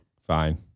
Fine